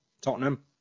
Tottenham